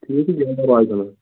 ٹھیٖکھٕے چھُ نیر اللہ تعالی